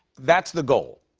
that's the goal.